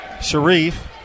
Sharif